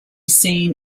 seen